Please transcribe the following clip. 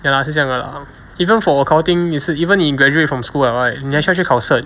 ya lah 是这样的 lah even for accounting 也是 even 你 graduate from school liao right 你要去考试